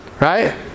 right